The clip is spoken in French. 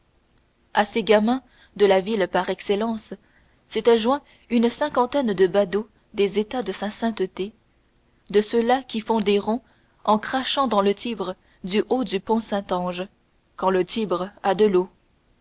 à ces gamins de la ville par excellence s'étaient joints une cinquantaine de badauds des états de sa sainteté de ceux-là qui font des ronds en crachant dans le tibre du haut du pont saint ange quand le tibre a de l'eau